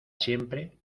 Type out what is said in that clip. siempre